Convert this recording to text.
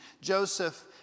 Joseph